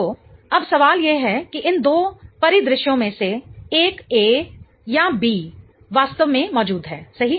तो अब सवाल यह है कि इन दो परिदृश्यों में से एक A या B वास्तव में मौजूद है सही